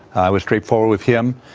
i was straightforward with him.